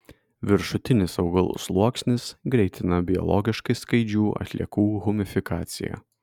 viršutinis augalų sluoksnis greitina biologiškai skaidžių atliekų humifikaciją